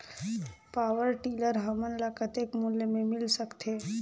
Power tiller हमन ल कतेक मूल्य मे मिल सकथे?